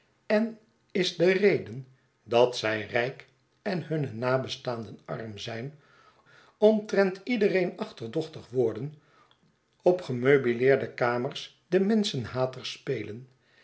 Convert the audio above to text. en is de reden dat zij rijk en hunne nabestaanden arm zijn omtrent iedereen achterdochtig worden op gemeubileerde kamers den menschenhater spelen